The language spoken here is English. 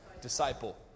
Disciple